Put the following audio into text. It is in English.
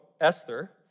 Esther